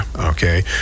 okay